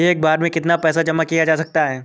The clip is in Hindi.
एक बार में कितना पैसा जमा किया जा सकता है?